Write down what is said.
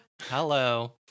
Hello